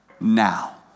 now